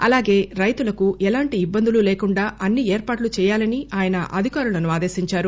అలాగే రైతులకు ఎలాంటి ఇబ్బందులు లేకుండ ఆన్ని ఏర్పాట్లు చేయాలని అయన అధికారులను ఆదేశించారు